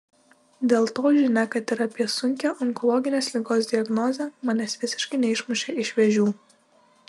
dėl to žinia kad ir apie sunkią onkologinės ligos diagnozę manęs visiškai neišmušė iš vėžių